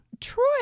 troy